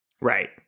right